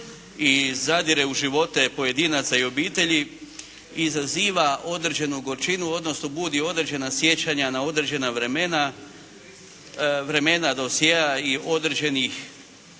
i zadire u živote pojedinaca i obitelji izaziva određenu gorčinu, odnosno budi određena sjećanja na određena vremena, vremena dosjea i određenih